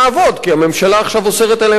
כי הממשלה עכשיו אוסרת עליהם לעבוד.